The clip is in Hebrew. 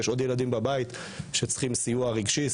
יש עוד ילדים בבית שצריכים סיוע רגשי,